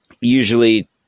usually